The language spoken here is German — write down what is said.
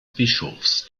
bischofs